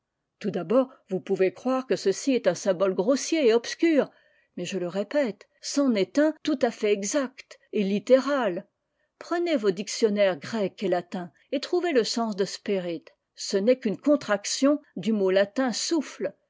d'abord vous pouvez croire que ceci est un symbole grossier et obscur mais je le répète c'en est un tout à fait exact et littéral prenez vos dictionnaires grec et latin et trouvez le sens de spirit ce n'est qu'une contraction du mot latin souffle